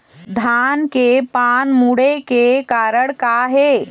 धान के पान मुड़े के कारण का हे?